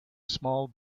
small